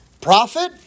prophet